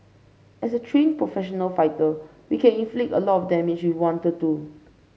as a trained professional fighter we can inflict a lot of damage if we wanted to